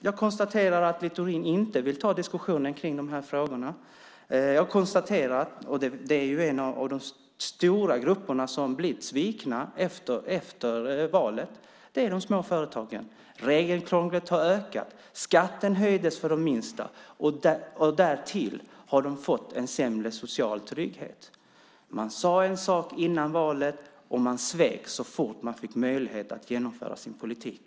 Jag konstaterar att Littorin inte vill ta diskussionen kring dessa frågor. Jag konstaterar också att en av de stora grupper som blivit svikna efter valet är just småföretagarna. Regelkrånglet har ökat och skatten höjts för de minsta, och de har dessutom fått sämre social trygghet. Man sade en sak före valet, och sedan svek man så fort man fick möjlighet att genomföra sin politik.